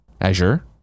Azure